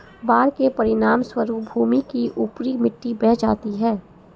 बाढ़ के परिणामस्वरूप भूमि की ऊपरी मिट्टी बह जाती है